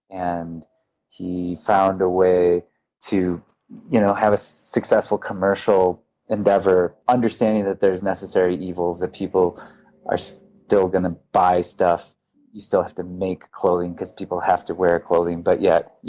and he found a way to you know have a successful commercial endeavor, understanding that there are necessary evils that people are still going to buy stuff you still have to make clothing because people have to wear clothing. but yet,